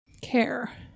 Care